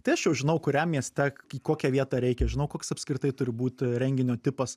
tai aš jau žinau kuriam mieste į kokią vietą reikia žinau koks apskritai turi būt renginio tipas